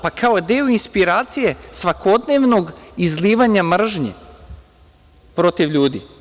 Pa, kao deo inspiracije svakodnevnog izlivanja mržnje protiv ljudi.